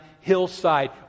hillside